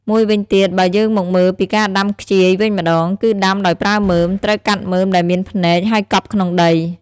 មួយវិញទៀត បើយើងមកមើលពីការដាំខ្ជាយវិញម្តង គឺដាំដោយប្រើមើម ត្រូវកាត់មើមដែលមានភ្នែក ហើយកប់ក្នុងដី។